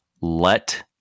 let